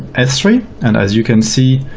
s three, and as you can see,